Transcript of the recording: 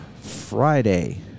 Friday